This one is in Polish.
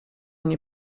nie